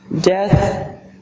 death